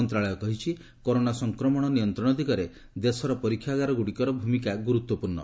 ମନ୍ତ୍ରଣାଳୟ କହିଛି କରୋନା ସଂକ୍ରମଣ ନିୟନ୍ତ୍ରଣ ଦିଗରେ ଦେଶର ପରୀକ୍ଷାଗାରଗୁଡ଼ିକର ଭୂମିକା ଗୁରୁତ୍ୱପୂର୍ଣ୍ଣ